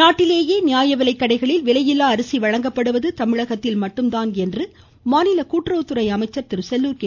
நாட்டிலேயே நியாய விலைக்கடைகளில் விலையில்லா அரிசி வழங்கப்படுவது தமிழகத்தில் மட்டும்தான் என்று மாநில கூட்டுறவுத்துறை அமைச்சர் செல்லூர் கே